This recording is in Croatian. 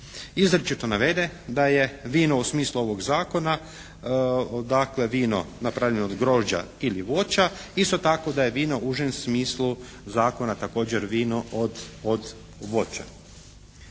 izričito navede da je vino u smislu ovog Zakona dakle vino napravljeno od grožđa ili voća, isto tako da je vino u užem smislu zakona također vino od voća.